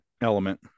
element